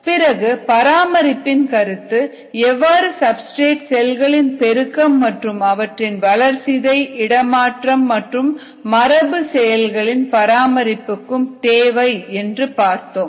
பிறகு பராமரிப்பின் கருத்து எவ்வாறு சப்ஸ்டிரேட் செல்களின் பெருக்கம் மற்றும் அவற்றின் வளர்சிதை இடmமாற்றம் மற்றும் மரபு செயல்களின் பராமரிப்புக்கும் தேவை என்று பார்த்தோம்